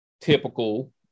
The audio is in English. typical